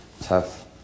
tough